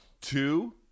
Two